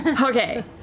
Okay